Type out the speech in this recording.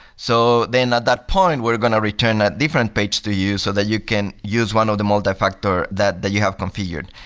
so then at that point we're going to return a different page to you so that you can use one of the multifactor that that you have configured.